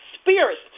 Spirits